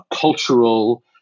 cultural